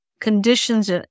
conditions